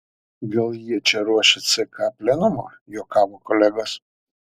gal jie čia ruošia ck plenumą juokavo kolegos